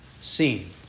seen